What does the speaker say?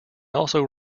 also